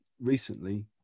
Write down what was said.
recently